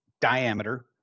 diameter